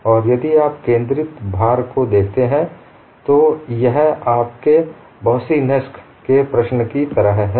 और यदि आप केंद्रित भार को देखते हैं तो यह आपके बाॅसीनेस्क Boussinesq's के प्रश्न की तरह है